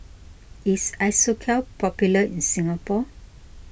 is Isocal popular in Singapore